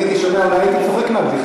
אם הייתי שומע, לא הייתי צוחק מהבדיחה.